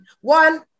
One